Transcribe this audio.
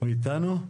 הוא איתנו?